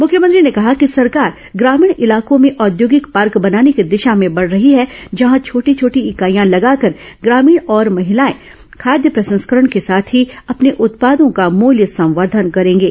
मुख्यमंत्री ने कहा कि सरकार ग्रामीण इलाकों में औद्योगिक पार्क बनाने की दिशा में बढ़ रही है जहां छोटी छोटी इंकाइयां लगाकर ग्रामीण और महिलाएं खाद्य प्रसंस्करण के साथ ही अपने उत्पादों का मुल्य संवर्धन करेंगे